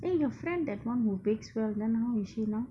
eh your friend that one who bakes well then how is he now